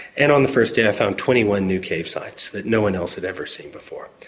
and on the first day i found twenty one new cave sites that no one else had ever seen before.